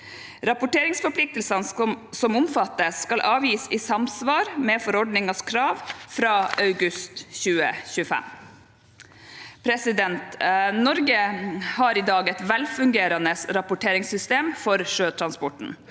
Rapporteringsforpliktelsene som omfattes, skal avgis i samsvar med forordningens krav fra august 2025. Norge har i dag et velfungerende rapporteringssystem for sjøtransporten,